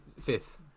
fifth